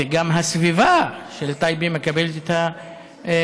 וגם הסביבה של טייבה מקבלת את השירותים.